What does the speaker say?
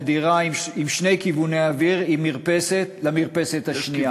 ושל דירה עם שני כיווני אוויר ומרפסת למרפסת השנייה.